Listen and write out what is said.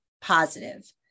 positive